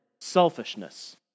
selfishness